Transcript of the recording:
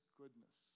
goodness